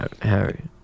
Harry